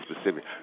specific